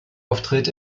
auftritt